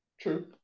True